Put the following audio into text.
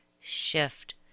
shift